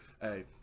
hey